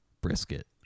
brisket